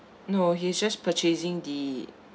no he's just purchasing the